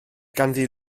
ganddi